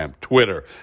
Twitter